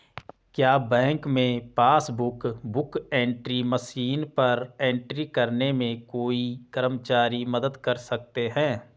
क्या बैंक में passbook book entry machine पर एंट्री करने में कोई कर्मचारी मदद कर सकते हैं?